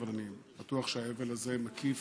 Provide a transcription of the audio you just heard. אבל אני בטוח שהאבל הזה מקיף